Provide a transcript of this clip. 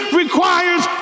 requires